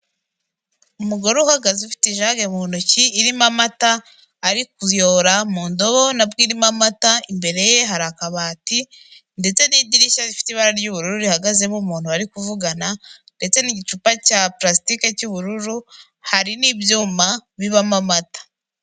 Umugore uhagaze ufite ijage mu ntoki irimo amata ari kuyora mu ndobo nabwo irimo amata. Imbere ye hari akabati ndetse n'idirishya rifite ibara ry'ubururu rihagazemo umuntu bari kuvugana ndetse n'igicupa cya pulasitike cy'ubururu, hari n'ibyuma bibamo amata.